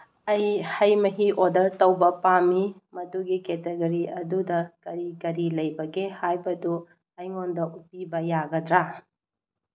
ꯑꯩ ꯍꯩ ꯃꯍꯤ ꯑꯣꯗꯔ ꯇꯧꯕ ꯄꯥꯝꯃꯤ ꯃꯗꯨꯒꯤ ꯀꯦꯇꯒꯔꯤ ꯑꯗꯨꯗ ꯀꯔꯤ ꯀꯔꯤ ꯂꯩꯕꯒꯦ ꯍꯥꯏꯕꯗꯨ ꯑꯩꯉꯣꯟꯗ ꯎꯠꯄꯤꯕ ꯌꯥꯒꯗ꯭ꯔꯥ